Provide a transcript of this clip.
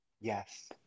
Yes